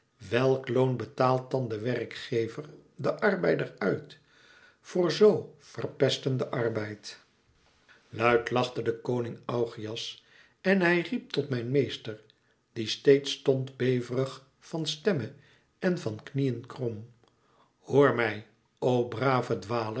welk loon betaalt dan de werkgever den arbeider uit voor zoo verpestenden arbeid luid lachte de koning augeias en hij riep tot mijn meester die steeds stond beverig van stem me en van knieën krom hoor mij o brave